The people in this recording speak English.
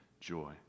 joy